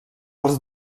als